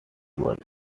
words